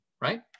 Right